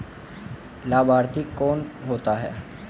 लाभार्थी कौन होता है?